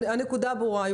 הנקודה ברורה.